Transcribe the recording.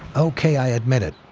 okay, i admit it.